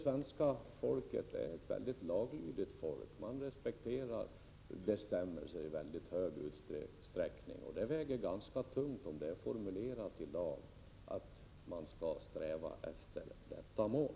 Svenska folket är ett mycket laglydigt folk, som i mycket stor utsträckning respekterar bestämmelser. Det väger alltså ganska tungt om det är formulerat i lag att vi skall sträva efter detta mål.